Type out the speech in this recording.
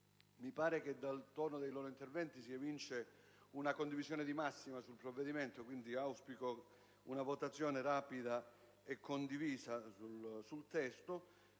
intervenute. Dal tono dei loro interventi si evince una condivisione di massima sul provvedimento: quindi auspico una votazione rapida e condivisa sul testo.